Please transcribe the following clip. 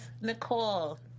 Nicole